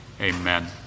Amen